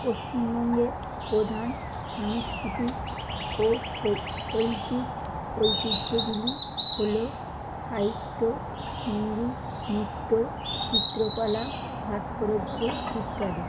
পশ্চিমবঙ্গের পধান সাংস্কৃতিক ও শৈল্পিক ঐতিহ্যগুলি হল সায়িত্য সঙ্গীত নিত্য চিত্রকলা ভাস্কর্য ইত্যাদি